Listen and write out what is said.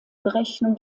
berechnung